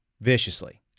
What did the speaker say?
viciously